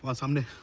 ah suddenly